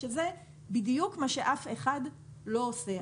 שזה בדיוק מה שאף אחד לא עושה,